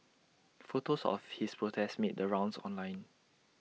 photos of his protest made the rounds online